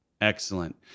Excellent